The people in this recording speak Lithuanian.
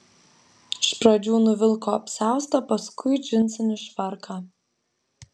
iš pradžių nuvilko apsiaustą paskui džinsinį švarką